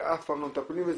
שאף פעם לא מטפלים בזה,